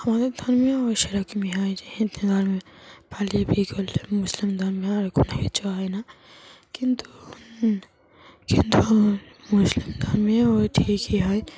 আমাদের ধর্মে অ সেরকমই হয় যে হিন্দু ধর্মে পালিয়ে বিয়ে করলে মুসলিম ধর্মে আর কোনো কিছু হয় না কিন্তু কিন্তু মুসলিম ধর্মে ও ঠিকই হয়